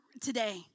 today